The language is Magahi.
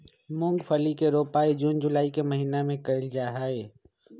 मूंगफली के रोपाई जून जुलाई के महीना में कइल जाहई